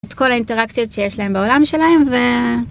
את כל האינטראקציות שיש להם בעולם שלהם.